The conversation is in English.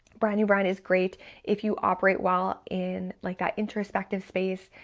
brand new brand is great if you operate well in like that introspective space,